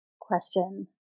question